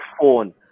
phone